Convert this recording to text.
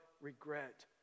regret